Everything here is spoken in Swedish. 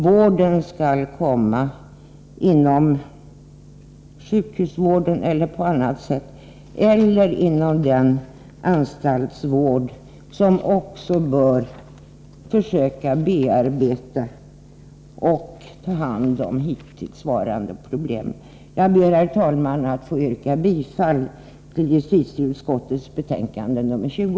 Vården skall ges inom sjukhusvårdens ram eller på annat sätt — eller inom anstaltsvården, där man också bör försöka bearbeta och ta hand om hithörande problem. Jag ber, herr talman, att få yrka bifall till hemställan i justitieutskottets betänkande nr 20.